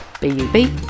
bub